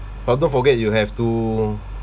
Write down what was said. but don't forget you have to